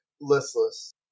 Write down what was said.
listless